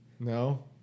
No